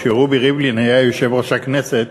כשרובי ריבלין היה יושב-ראש הכנסת